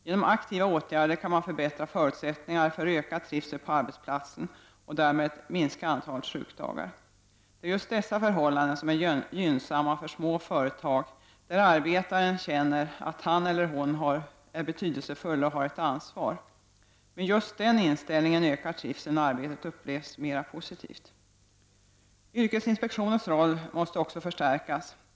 Genom aktiva åtgärder kan man förbättra förutsättningar för ökad trivsel på arbetsplatsen och därmed minska antalet sjukdagar. Det är just dessa förhållanden som är gynnsamma för små företag, där arbetaren känner att han eller hon är betydelsefull och har ett ansvar. Med just den inställningen ökar trivseln, och arbetet upplevs mera positivt. Yrkesinspektionens roll måste också förstärkas.